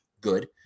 good